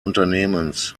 unternehmens